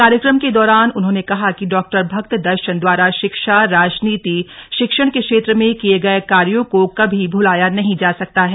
कार्यक्रम के दौरान उन्होंने कहा कि डॉ भक्त दर्शन द्वारा शिक्षा राजनीति शिक्षण के क्षेत्र में किए गये कार्यो को कभी भुलाया नहीं जा सकता है